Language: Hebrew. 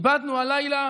איבדנו הלילה